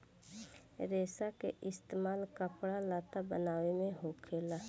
रेसा के इस्तेमाल कपड़ा लत्ता बनाये मे होखेला